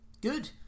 good